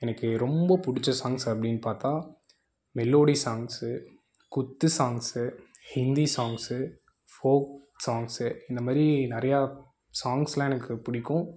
எனக்கு ரொம்ப பிடிச்ச சாங்சு அப்படின்னு பார்த்தா மெலோடி சாங்சு குத்து songs Hindi songs folk songs இந்த மாதிரி நிறையா சாங்ஸெலாம் எனக்கு பிடிக்கும்